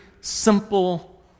simple